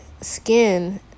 skin